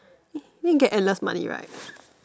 you can get endless money right